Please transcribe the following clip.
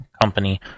company